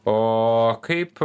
o kaip